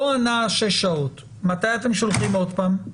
לא ענה שש שעות, מתי אתם שולחים עוד פעם?